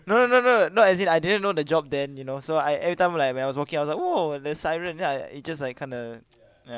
no no no no no as in I didn't know the job then you know so I every time like when I was walking I was like oh the siren then like it just like kind of ya